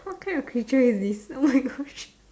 what kind of creature is this oh my gosh